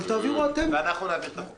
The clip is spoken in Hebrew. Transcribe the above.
אנחנו נעביר את החוק.